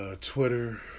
Twitter